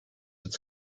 its